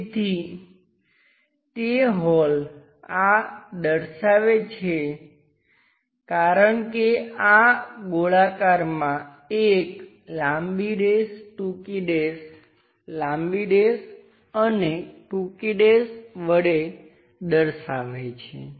તેથી તે હોલ આ દર્શાવે છે કારણ કે આ ગોળાકારમાં એક લાંબી ડેશ ટૂંકી ડેશ લાંબી ડેશ અને ટૂંકી ડેશ વડે દર્શાવાય છે